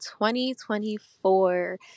2024